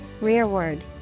Rearward